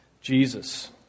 Jesus